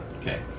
Okay